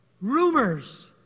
Rumors